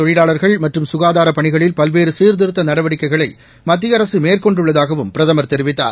தொழிலாளா்கள் மற்றும் சுகாதார பணிகளில் பல்வேறு சீர்திருத்த நடவடிக்கைகளை மத்திய அரசு மேற்கொண்டுள்ளதாகவும் பிரதமர் தெரிவித்தார்